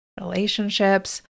relationships